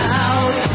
out